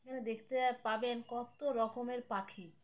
এখানে দেখতে পাবেন কত রকমের পাখি